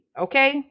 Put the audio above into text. okay